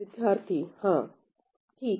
विद्यार्थीहां ठीक